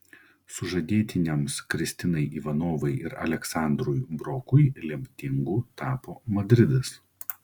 sužadėtiniams kristinai ivanovai ir aleksandrui brokui lemtingu tapo madridas